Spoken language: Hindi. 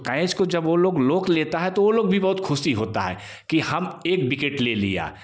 तो कैच को जब रोक लेता है तो वो लोग भी बहुत खुशी होता है कि हम एक विकेट ले लिया